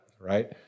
right